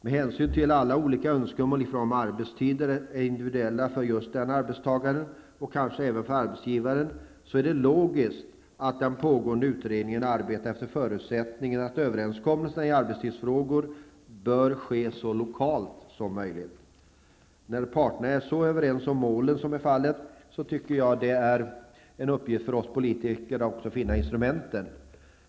Med hänsyn till att alla olika önskemål i fråga om arbetstider är individuella för just den arbetstagaren och kanske även för arbetsgivaren, är det logiskt att den pågående utredningen arbetar efter förutsättningen att överenskommelserna i arbetstidsfrågor bör ske så lokalt som möjligt. När parterna är så pass överens om målen som är fallet, tycker jag att det är en uppgift för oss politiker att också finna instrumenten.